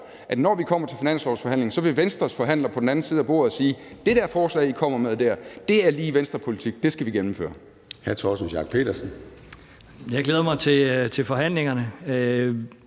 at når vi kommer til finanslovsforhandlingen, vil Venstres forhandler på den anden side af bordet sige: Det der forslag, I kommer med der, er lige Venstrepolitik; det skal vi gennemføre.